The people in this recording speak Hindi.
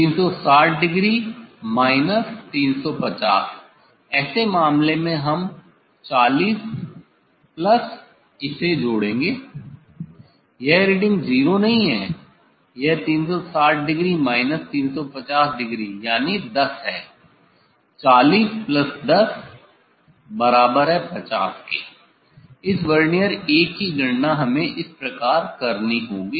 360 डिग्री माइनस 350 ऐसे मामले में हमें 40 प्लस इसे जोड़ेंगे यह रीडिंग 0 नहीं है यह 360 डिग्री माइनस 350 डिग्री यानी 10 40 प्लस 10 बराबर है 50 के इस वर्नियर 1 की गणना हमें इस प्रकार करनी होगी